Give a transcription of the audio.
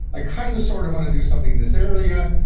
i kind of sort of want to do something in this area.